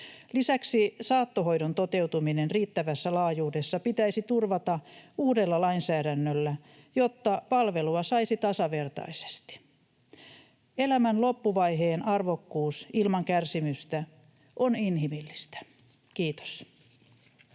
Lisäksi saattohoidon toteutuminen riittävässä laajuudessa pitäisi turvata uudella lainsäädännöllä, jotta palvelua saisi tasavertaisesti. Elämän loppuvaiheen arvokkuus ilman kärsimystä on inhimillistä. — Kiitos.